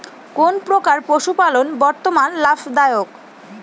কোন প্রকার পশুপালন বর্তমান লাভ দায়ক?